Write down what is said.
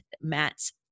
Matt's